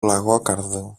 λαγόκαρδου